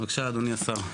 בבקשה אדוני השר.